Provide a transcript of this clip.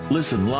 Listen